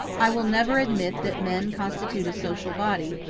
i will never admit that men constitute a social body,